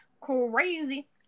crazy